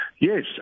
Yes